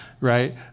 right